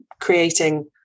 creating